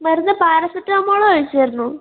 മരുന്ന് പാരസെറ്റാമോള് കഴിച്ചിരുന്നു